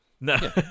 No